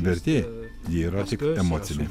vertė yra tik emocinė